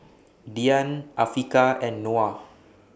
Dian Afiqah and Noah